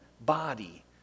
body